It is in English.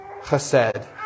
chesed